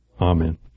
Amen